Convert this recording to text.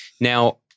Now-